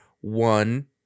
one